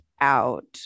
out